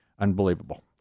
unbelievable